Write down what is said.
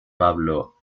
pablo